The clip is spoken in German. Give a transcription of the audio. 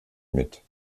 mit